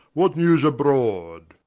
what newes abroad?